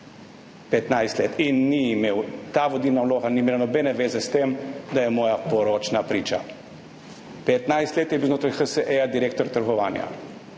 vlogo in ta vodilna vloga ni imela nobene zveze s tem, da je moja poročna priča. 15 let je bil znotraj HSE direktor trgovanja